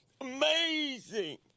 Amazing